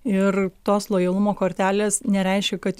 ir tos lojalumo kortelės nereiškia kad